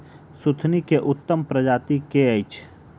सुथनी केँ उत्तम प्रजाति केँ अछि?